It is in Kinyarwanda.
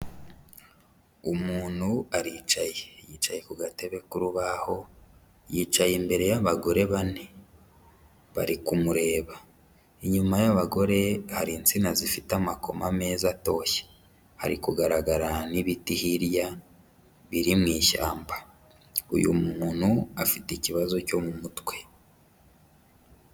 Umuntu aricaye, yicaye ku gatebe k'urubaho, yicaye imbere y'abagore bane bari kumureba, inyuma y'abagore hari insina zifite amakoma meza atoshye hari kugaragara n'ibiti hirya biri mu ishyamba, uyu muntu afite ikibazo cyo mu mutwe.